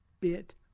bit